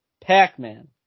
Pac-Man